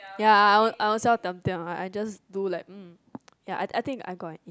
ya I I own ownself diam diam I just do like mm ya I think I got an A